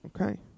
Okay